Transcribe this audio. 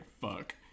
fuck